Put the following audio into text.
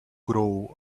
grow